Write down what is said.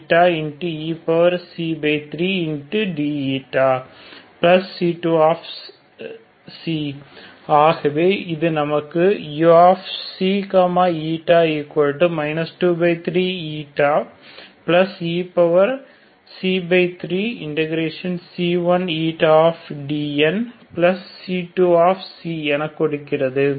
e3dηC2 ஆகவே இது நமக்கு uξη 23ηe3C1dC2என கொடுக்கிறது